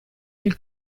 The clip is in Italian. del